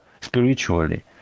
spiritually